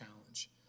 challenge